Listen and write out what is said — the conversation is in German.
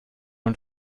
man